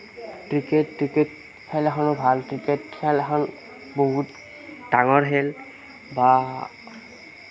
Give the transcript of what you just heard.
cricket cricket খেলাখনো ভাল cricket খেলখন বহুত ডাঙৰ খেল বা